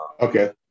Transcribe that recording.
Okay